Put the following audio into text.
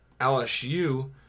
LSU